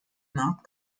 not